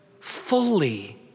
fully